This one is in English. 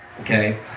Okay